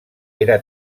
era